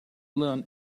learn